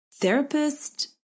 therapist